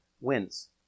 wins